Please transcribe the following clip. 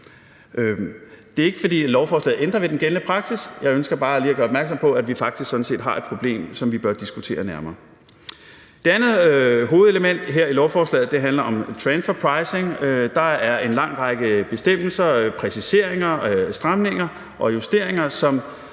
Det er ikke, fordi lovforslaget ændrer ved den gældende praksis. Jeg ønsker bare lige at gøre opmærksom på, at vi faktisk har et problem, som vi bør diskutere nærmere. Det andet hovedelement i lovforslaget her handler om transfer pricing. Der er en lang række bestemmelser, præciseringer, stramninger og justeringer, som